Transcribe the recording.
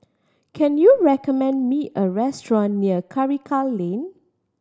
can you recommend me a restaurant near Karikal Lane